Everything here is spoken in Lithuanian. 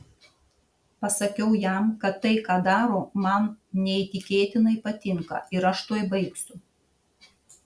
pasakiau jam kad tai ką daro man neįtikėtinai patinka ir aš tuoj baigsiu